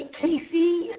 Casey